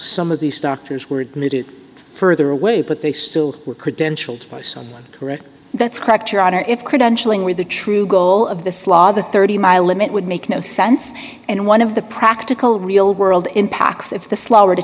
some of these doctors were admitted further away but they still were credentialed by someone correct that's correct your honor if credentialing were the true goal of this law the thirty mile limit would make no sense and one of the practical real world impacts if the slower to